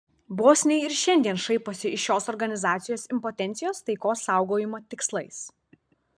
bosniai ir šiandien šaiposi iš šios organizacijos impotencijos taikos saugojimo tikslais